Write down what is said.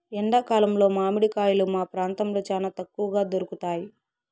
ఎండా కాలంలో మామిడి కాయలు మా ప్రాంతంలో చానా తక్కువగా దొరుకుతయ్